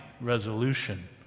resolution